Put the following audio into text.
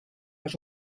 les